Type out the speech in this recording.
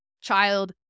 child